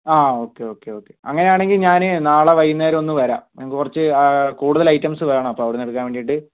ആ okay okay okay അങ്ങനെയാണെങ്കിൽ ഞാൻ നാളെ വൈകുന്നേരമൊന്ന് വരാം എനിക്ക് കുറച്ച് കൂടുതൽ ഐറ്റംസ് വേണം അപ്പോൾ അവിടെ നിന്ന് എടുക്കാൻ വേണ്ടിയിട്ട്